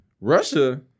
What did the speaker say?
Russia